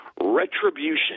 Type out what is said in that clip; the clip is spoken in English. retribution